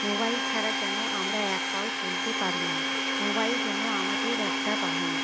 mobile ছাড়া যেন আমরা এক পাও চলতে পারি না মোবাইল যেন আমাদের একটা বাহন